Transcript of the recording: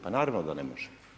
Pa naravno da ne može.